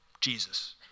Jesus